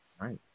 right